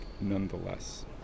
nonetheless